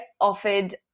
offered